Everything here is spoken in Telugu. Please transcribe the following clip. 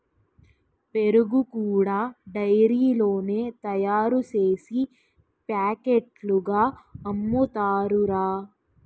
పెరుగు కూడా డైరీలోనే తయారుసేసి పాకెట్లుగా అమ్ముతారురా